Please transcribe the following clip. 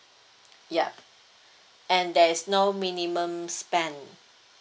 yup and there's no minimum spend